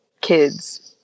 kids